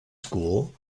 school